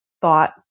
thought